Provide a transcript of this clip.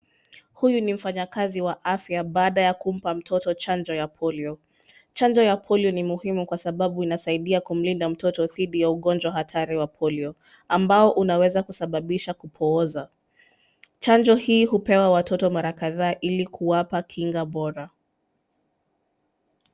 Huyu ni mfanyakazi wa afya baada ya kumpa mtoto chanjo ya polio. Chanjo ya polio ni muhimu kwa sababu inasaidia kumlinda mtoto didhi ya ugonjwa hatari wa polio ambao unaweza kusababisha kupooza. Chanjo hii hupewa watoto mara kadhaa ili kuwapa kinga bora.